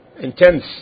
intense